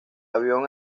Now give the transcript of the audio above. avión